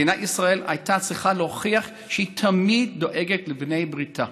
מדינת ישראל הייתה צריכה להוכיח שהיא תמיד דואגת לבני בריתה.